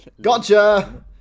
Gotcha